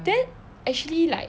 then actually like